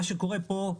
מה שקורה פה,